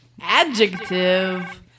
Adjective